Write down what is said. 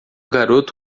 garoto